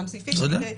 האלה.